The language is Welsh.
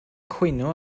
cwyno